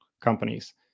companies